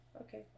Okay